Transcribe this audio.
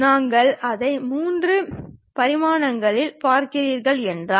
நீங்கள் அதை 3 பரிமாணங்களில் பார்க்கிறீர்கள் என்றால்